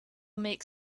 make